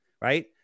right